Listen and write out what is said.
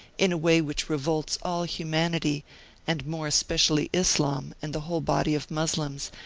in a way which revolts all humanity and more especially islam and the whole body of mos lems,